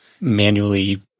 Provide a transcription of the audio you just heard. manually